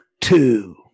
two